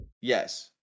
Yes